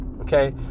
Okay